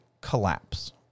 collapse